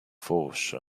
force